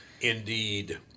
Indeed